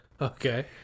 Okay